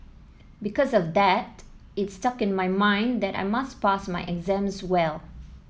because of that it stuck in my mind that I must pass my exams well